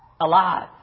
Alive